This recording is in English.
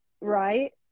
right